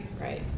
Right